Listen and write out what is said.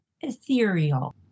ethereal